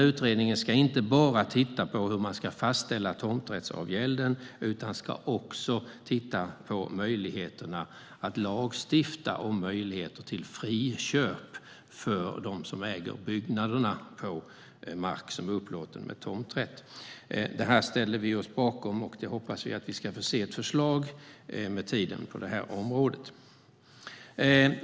Utredningen ska inte bara titta på hur man ska fastställa tomträttsavgälden, utan den ska också titta på möjligheterna att lagstifta om eventuella friköp för dem som äger byggnaderna på mark som är upplåten med tomträtt. Detta ställer vi oss bakom, och vi hoppas med tiden få se ett förslag på området.